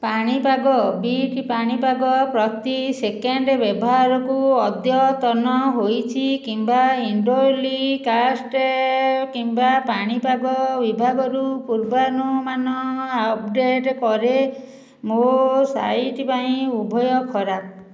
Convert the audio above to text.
ପାଣିପାଗ ବିଟ୍ ପାଣିପାଗ ପ୍ରତି ସେକେଣ୍ଡ ବ୍ୟବହାରକୁ ଅଦ୍ୟତନ ହୋଇଛି କିମ୍ବା ଇଣ୍ଟେଲିକାଷ୍ଟ କିମ୍ବା ପାଣିପାଗ ବିଭାଗରୁ ପୂର୍ବାନୁମାନ ଅପଡେଟ୍ ରେ ମୋ ସାଇଟ୍ ପାଇଁ ଉଭୟ ଖରାପ